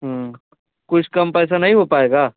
कुछ पैसा नहीं हो पाएगा